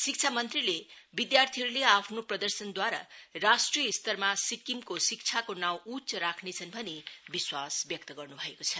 शिक्षा मंत्रीले विद्यार्थीहरूले आफ्नो पदर्शनद्वारा राष्ट्रिय स्तरमा सिक्किमको शिक्षाको नाउँ उच्च राख्नेछन् भनी विश्वास व्यक्त गर्न् भएको छ